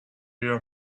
your